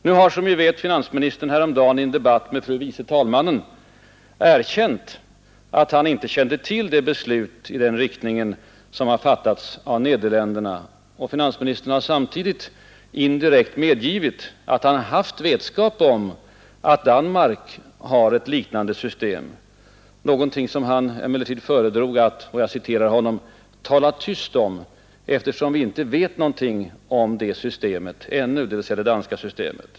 Nu har, som vi vet, finansministern häromdagen i en debatt med fru andre vice talmannen erkänt att han inte kände till det beslut i den riktningen som har fattats i Nederländerna, och han har samtidigt indirekt medgivit att han haft vetskap om att Danmark har ett liknande system — någonting som han emellertid föredrog att ”tala tyst om, eftersom vi inte vet någonting om det systemet ännu”, dvs. det danska systemet.